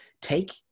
take